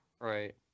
right